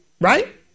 right